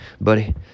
buddy